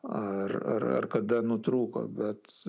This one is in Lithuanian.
ar ar ar kada nutrūko bet